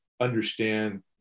understand